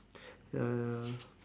ya ya